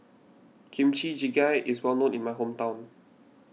Kimchi Jjigae is well known in my hometown